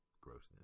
grossness